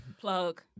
Plug